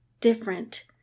different